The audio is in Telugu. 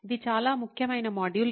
ఇది చాలా ముఖ్యమైన మాడ్యూల్